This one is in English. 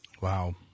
Wow